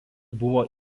buvo